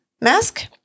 mask